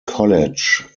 college